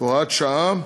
(הוראת שעה),